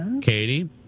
Katie